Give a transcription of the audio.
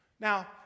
Now